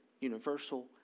universal